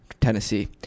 Tennessee